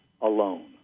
alone